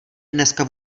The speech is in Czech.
dneska